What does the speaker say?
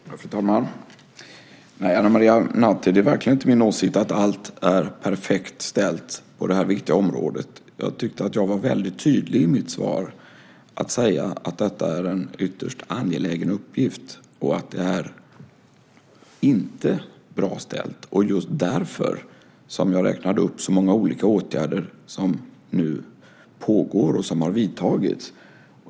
Fru talman! Nej, Ana Maria Narti, det är verkligen inte min åsikt att allt är perfekt ställt på detta viktiga område. Jag tyckte att jag var väldigt tydlig i mitt svar med att säga att detta är en ytterst angelägen uppgift och att det inte är bra ställt. Det var just därför jag räknade upp så många olika åtgärder som nu pågår och som har vidtagits.